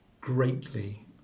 greatly